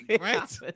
right